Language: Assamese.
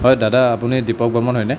হয় দাদা আপুনি দীপক বৰ্মন হয়নে